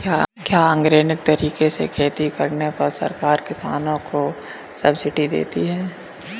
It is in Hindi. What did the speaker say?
क्या ऑर्गेनिक तरीके से खेती करने पर सरकार किसानों को सब्सिडी देती है?